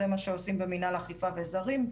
זה מה שעושים במינהל אכיפה וזרים.